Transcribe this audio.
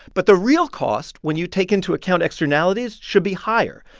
but the real cost, when you take into account externalities, should be higher.